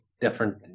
different